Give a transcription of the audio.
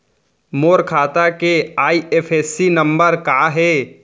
मोर खाता के IFSC number का हे?